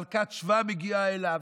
ומלכת שבא מגיעה אליו,